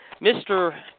Mr